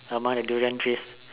someone a durian trees